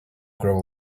grow